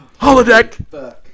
Holodeck